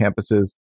campuses